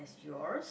yours